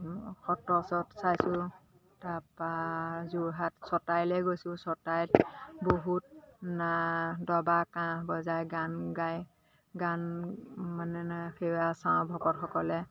সত্ৰ চব চাইছোঁ তাৰপৰা যোৰহাট ছটাইলৈ গৈছোঁ ছটাইত বহুত না দবা কাঁহ বজাই গান গায় গান মানে সেয়া চাওঁ ভকতসকলে